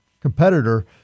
competitor